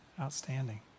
Outstanding